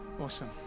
awesome